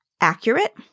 accurate